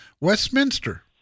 Westminster